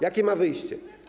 Jakie ma wyjście?